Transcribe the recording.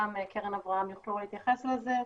גם קרן אברהם יוכלו להתייחס לזה,